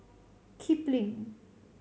kipling